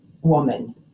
woman